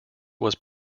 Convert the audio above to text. was